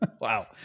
Wow